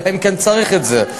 אלא אם כן צריך את זה,